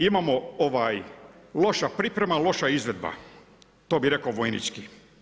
Imamo loša priprema, loša izvedba, to bi reko vojnički.